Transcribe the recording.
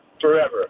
forever